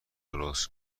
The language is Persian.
درست